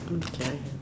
don't judge